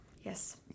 Yes